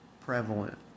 prevalent